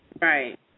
Right